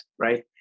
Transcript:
right